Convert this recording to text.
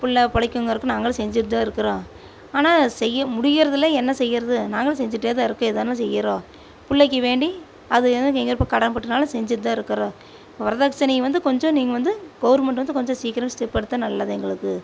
பிள்ள பிழைக்கும்ங்குறக்கு நாங்களும் செஞ்சுட்டு தான் இருக்கிறோம் ஆனால் செய்ய முடிகிறது இல்லை என்ன செய்கிறது நாங்களும் செஞ்சுட்டே தான் இருக்கும் ஏதானு செய்கிறோம் பிள்ளைக்கி வேண்டி அது கடன்பட்டுனாலும் செஞ்சுட்டு தான் இருக்கிறோம் வரதட்சணை வந்து கொஞ்சம் நீங்கள் வந்து கவுர்மெண்ட் வந்து கொஞ்சம் சீக்கிரம் ஸ்டெப் எடுத்தால் நல்லது எங்களுக்கு